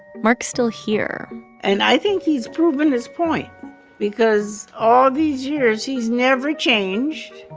mark's still here and i think he's proven his point because all these years, he's never changed.